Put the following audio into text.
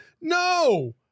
No